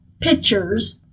pictures